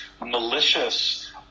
malicious